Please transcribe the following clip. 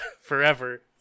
forever